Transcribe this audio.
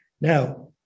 Now